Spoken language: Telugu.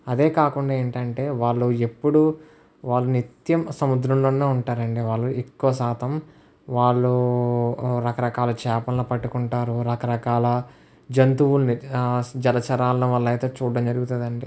అదే కాకుండా ఏంటంటే వాళ్ళు ఎప్పుడు వాళ్ళు నిత్యం సముద్రంలో ఉంటారండి వాళ్ళు ఎక్కువ శాతం వాళ్ళు రకరకాల చేపలను పట్టుకుంటారు రకరకాల జంతువుల్ని జలచరాలను వాళ్ళు అయితే చూడడం జరుగుతుంది అండి